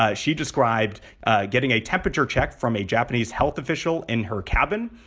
ah she described getting a temperature check from a japanese health official in her cabin.